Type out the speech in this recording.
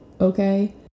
okay